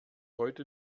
heute